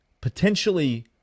potentially